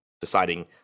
deciding